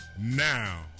Now